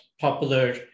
popular